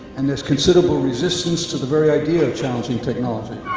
and there's considerable resistance to the very idea of challenging technology.